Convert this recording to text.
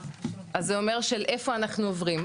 אז זה אומר של איפה אנחנו עוברים,